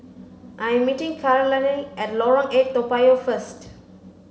I am meeting Carlyle at Lorong eight Toa Payoh first